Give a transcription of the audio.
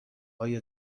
های